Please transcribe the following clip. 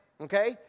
Okay